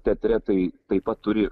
teatre tai taip pat turi